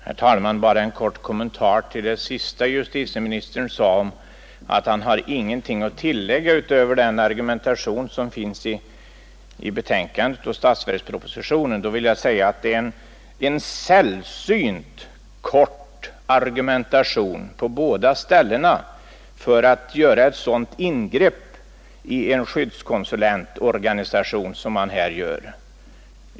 Herr talman! Bara en kort kommentar till det sista justitieministern sade, nämligen att han ingenting har att tillägga utöver den argumentation som finns i betänkandet och i statsverkspropositionen. Det är en sällsynt kort argumentation, på båda ställena, för att göra ett sådant ingrepp i en skyddskonsulentorganisation som man här gör.